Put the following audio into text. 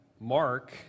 Mark